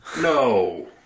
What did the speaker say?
No